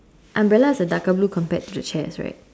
umbrella's a darker blue compared to the chairs right